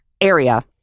area